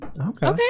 Okay